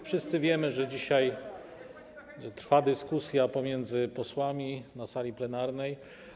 Wszyscy wiemy, że dzisiaj trwa dyskusja pomiędzy posłami na sali plenarnej.